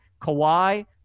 Kawhi